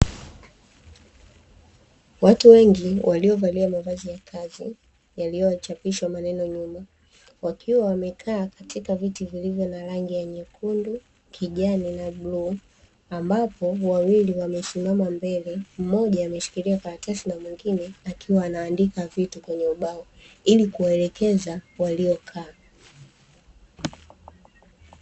Watu wengi waliovalia mavazi ya kazi, yaliyochapishwa maneno nyuma. Wakiwa wamekaa katika viti vilivyo na rangi nyekundu, kijani na bluu. Ambapo wawili wakiwa wamesimama mbele, mmoja akiwa ameshikilia karatasi, mwingine akiwa anaandika vitu kwene ubao ili kuwaelekeza waliokaa.